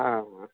हँ